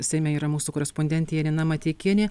seime yra mūsų korespondentė janina mateikienė